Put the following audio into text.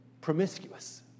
promiscuous